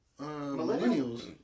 Millennials